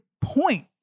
point